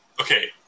Okay